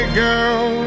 girl